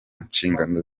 nshingano